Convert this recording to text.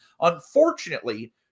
unfortunately